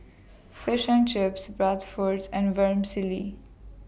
Fish and Chips Bratwurst and Vermicelli